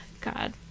god